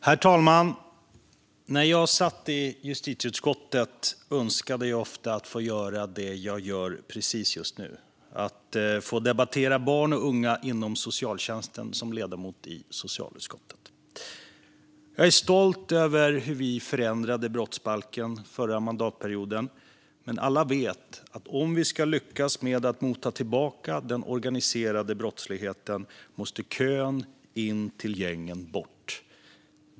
Herr talman! När jag satt i justitieutskottet önskade jag ofta att få göra det jag gör precis just nu: debattera barn och unga inom socialtjänsten som ledamot i socialutskottet. Jag är stolt över hur vi förändrade brottsbalken förra mandatperioden. Men alla vet att om vi ska lyckas med att mota tillbaka den organiserade brottsligheten måste kön in till gängen bort.